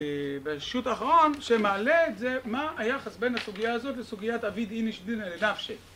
ברשות האחרון שמעלה את זה, מה היחס בין הסוגיה הזאת לסוגיית "עביד איניש דינה לנפשיה"